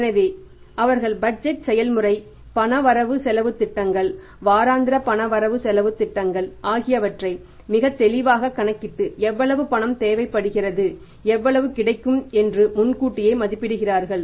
எனவே அவர்கள் பட்ஜெட் செயல்முறை பண வரவு செலவுத் திட்டங்கள் வாராந்திர பண வரவு செலவுத் திட்டங்கள் ஆகியவற்றை மிகத்தெளிவாக கணக்கிட்டு எவ்வளவு பணம் தேவைப்படுகிறது எவ்வளவு கிடைக்கும் என்று முன்கூட்டியே மதிப்பிடுகிறார்கள்